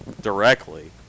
directly